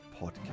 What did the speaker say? podcast